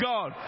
God